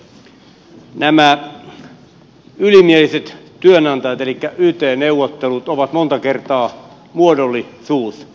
nämä ylimieliset työnantajat elikkä yt neuvottelut ovat monta kertaa muodollisuus